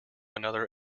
another